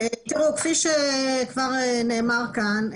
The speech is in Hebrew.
כפי שכבר נאמר כאן,